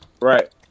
Right